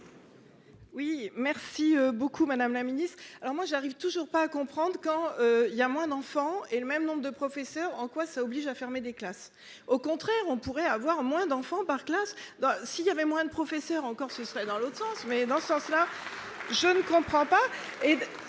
Oui merci beaucoup madame la Ministre, alors moi j'arrive toujours pas à comprendre quand il y a moins d'enfants et le même nombre de professeurs en quoi ça oblige à fermer des classes. Au contraire, on pourrait avoir moins d'enfants par classe dans. S'il y avait moins de professeurs encore ce serait dans l'autre sens mais dans ce sens là. Je ne comprends pas.